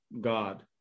God